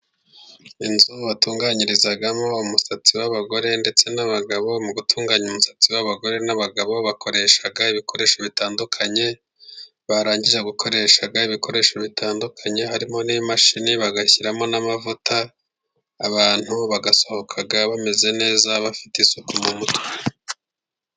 Inzu batunganyirizamo umusatsi w'abagore ndetse n'abagabo， mu gutunganya umusatsi w'abagore n'abagabo， bakoresha ibikoresho bitandukanye， barangiza gukoresha ibikoresho bitandukanye， harimo n'imashini， bagashyiramo n'amavuta，abantu bagasohoka bameze neza， bafite isuku mu mutwe.